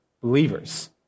believers